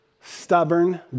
stubborn